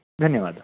धन्यवादः